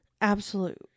absolute